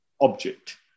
object